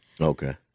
Okay